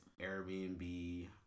Airbnb